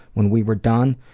when we were done,